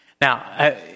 Now